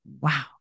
wow